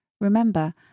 Remember